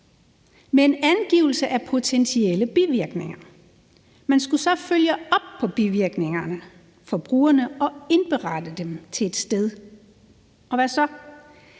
med en angivelse af potentielle bivirkninger. Man skulle så følge op på bivirkningerne for brugerne og indberette dem til et sted, og hvad så?